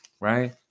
right